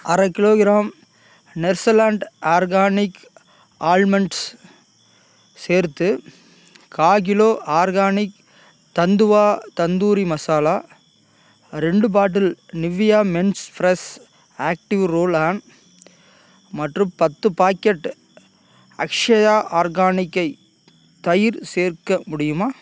அரைக் kilogram Natureland organic almonds சேர்த்து காக்கிலோ ஆர்கானிக் தந்துவா தந்தூரி மசாலா ரெண்டு bottle Nivea mens fresh active roll on மற்றும் பத்து பாக்கெட் அக்ஷயா ஆர்கானிக்கை தயிர் சேர்க்க முடியுமா